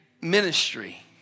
ministry